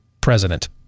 president